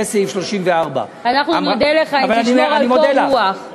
זה סעיף 34. אנחנו נודה לך אם תשמור על קור רוח.